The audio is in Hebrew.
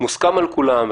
מוסכם על כולם,